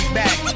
back